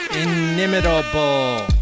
Inimitable